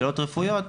שאלות רפואיות.